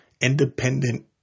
independent